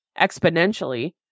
exponentially